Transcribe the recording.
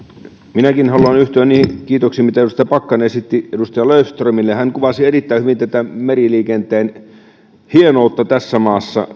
minäkin haluan yhtyä niihin kiitoksiin mitä edustaja pakkanen esitti edustaja löfströmille hän kuvasi erittäin hyvin meriliikenteen hienoutta tässä maassa